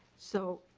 so